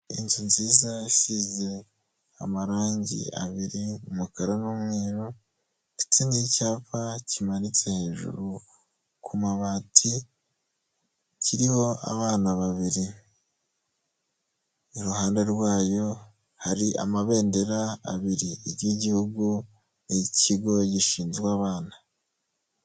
Inzu nziza yasize amarangi abiri: umukara n'umweru ndetse n'icyapa kimanitse hejuru ku mabati, kiriho abana babiri. Iruhande rwayo hari amabendera abiri: iry'igihugu n'ikigo gishinzwe abana.